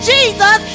Jesus